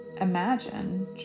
imagine